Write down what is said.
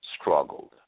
struggled